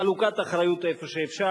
חלוקת אחריות איפה שאפשר.